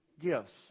gifts